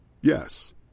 Yes